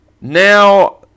Now